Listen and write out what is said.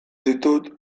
ditut